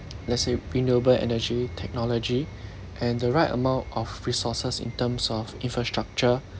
let's say renewable energy technology and the right amount of resources in terms of infrastructure